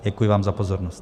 Děkuji vám za pozornost.